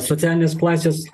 socialinės klasės